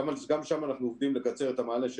גם שם אנחנו עובדים לקצר את המענה של